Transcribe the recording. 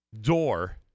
door